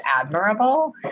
admirable